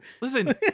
listen